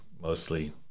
mostly